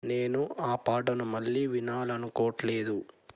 నేను ఆ పాటను మళ్ళీ వినాలనుకోవట్లేదు